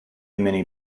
many